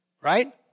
Right